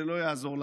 זה לא יעזור לכם.